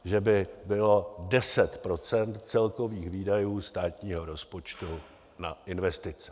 Že by bylo 10 % celkových výdajů státního rozpočtu na investice.